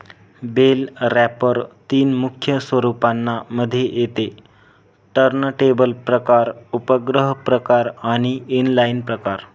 bell wrapper तीन मुख्य स्वरूपांना मध्ये येते टर्नटेबल प्रकार, उपग्रह प्रकार आणि इनलाईन प्रकार